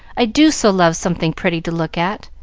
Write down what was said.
i do so love something pretty to look at!